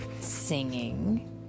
singing